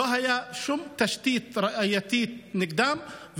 לא הייתה שום תשתית ראייתית נגדם,